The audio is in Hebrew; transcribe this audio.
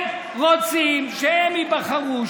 הם רוצים שהם ייבחרו,